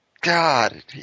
God